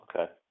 Okay